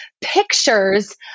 pictures